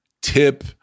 Tip